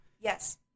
Yes